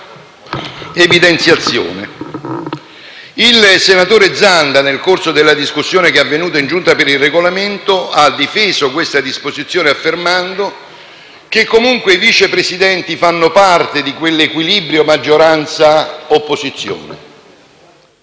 evidenziazione. Il senatore Zanda, nel corso della discussione in Giunta per il Regolamento, ha difeso questa disposizione affermando che comunque i Vice Presidenti fanno parte dell'equilibrio maggioranza‑opposizione,